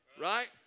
Right